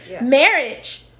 marriage